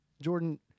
Jordan